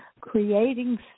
creating